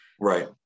right